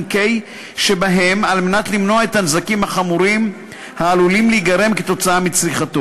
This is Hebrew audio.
K שבהם על מנת למנוע את הנזקים החמורים העלולים להיגרם מצריכתו.